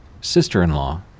sister-in-law